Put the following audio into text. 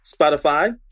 Spotify